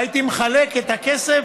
והייתי מחלק את הכסף